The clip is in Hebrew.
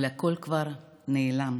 אבל הכול כבר נעלם.